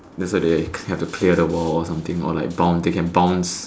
yesterday they have to clear the wall or something or like bounce they can bounce